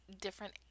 different